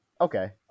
Okay